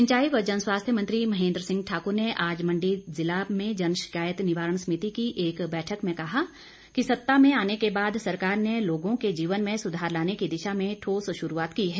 सिंचाई व जनस्वास्थ्य मंत्री महेन्द्र सिंह ठाकुर ने आज मण्डी में जिला जन शिकायत निवारण समिति की एक बैठक में कहा कि सत्ता में आने के बाद सरकार ने लोगों के जीवन में सुधार लाने की दिशा में ठोस शुरूआत की है